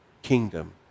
kingdom